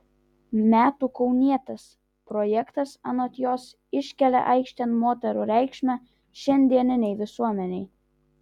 metų kaunietės projektas anot jos iškelia aikštėn moterų reikšmę šiandieninei visuomenei